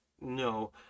no